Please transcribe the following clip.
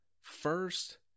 First